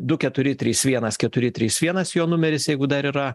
du keturi trys vienas keturi trys vienas jo numeris jeigu dar yra